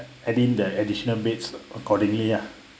adding the additional beds accordingly ya